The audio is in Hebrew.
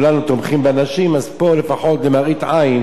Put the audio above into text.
אז פה לפחות למראית עין כולנו לא רוצים